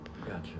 Gotcha